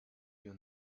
you